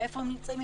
ואיפה הם נמצאים,